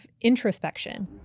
introspection